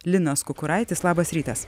linas kukuraitis labas rytas